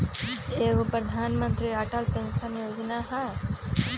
एगो प्रधानमंत्री अटल पेंसन योजना है?